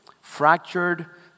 fractured